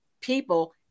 people